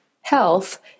health